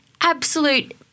absolute